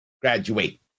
graduate